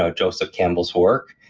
ah joseph campbell's work,